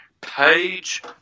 Page